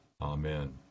Amen